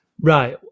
Right